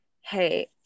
hey